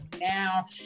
now